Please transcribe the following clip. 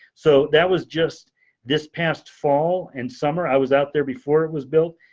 so that was just this past fall and summer i was out there before it was built,